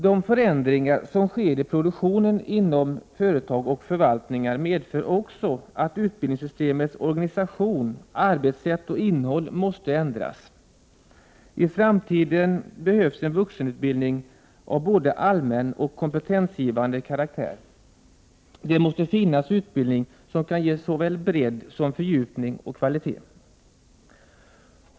De förändringar som sker i produktionen inom företag och förvaltningar medför också att utbildningssystemets organisation, arbetssätt och innehåll måste ändras. I framtiden behövs en vuxenutbildning av både allmän och kompetensgivande karaktär. Det måste finnas utbildning som kan ge såväl bredd som fördjupning och kvalitet.